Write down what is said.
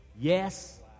Yes